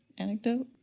anecdote?